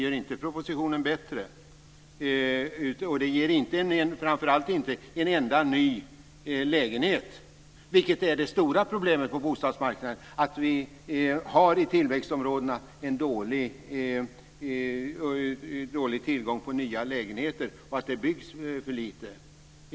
Framför allt ger det inte en enda ny lägenhet, vilket är det stora problemet på bostadsmarknaden. Vi har i tillväxtområdena en dålig tillgång på nya lägenheter, och det byggs för lite.